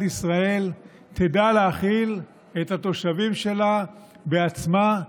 ישראל תדע להאכיל את התושבים שלה בעצמה,